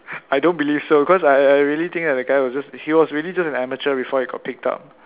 I don't believe so cause I I really think that the guy was just he was really just an amateur before he got picked up